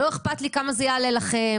לא אכפת לי כמה זה יעלה לכם,